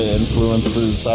influences